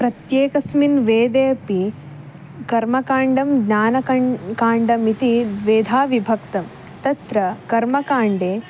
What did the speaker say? प्रत्येकस्मिन् वेदेपि कर्मकाण्डं ज्ञानकाण्डं काण्डम् इति द्विधा विभक्तं तत्र कर्मकाण्डे